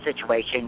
situation